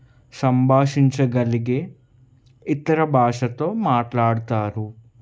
సంభాషించ గలిగే ఇతర భాషతో మాట్లాడ్తారు